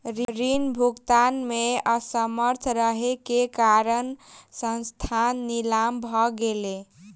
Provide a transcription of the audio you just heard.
ऋण भुगतान में असमर्थ रहै के कारण संस्थान नीलाम भ गेलै